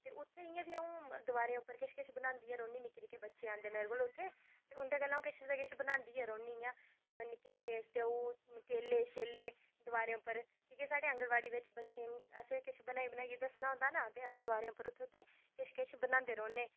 ते उत्थै अ'ऊं इ'यां बी दिवारें पर किश किश बनांदी गै रौह्न्नी ते निक्के निक्के बच्चे औंदे मेरे कोल उत्थै ते उं'दे गल्ला अ'ऊं किश ना किश ते बनांदी गै रौह्न्नी आं ते में स्येऊ केले निक्के निक्के दवारें पर की के साढ़े आंगनवाड़ी बिच बच्चें गी किश किश बनाइयै दस्सना होंदा ना अस दवारें पर उत्थै किश किश बनांदे रौह्न्ने